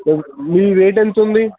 మీ weight ఎంత ఉంది